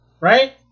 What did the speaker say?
Right